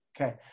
Okay